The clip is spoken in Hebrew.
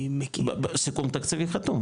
בסיכום תקציבי חתום,